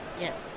Yes